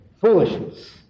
foolishness